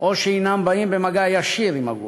או שבאים במגע ישיר עם הגוף.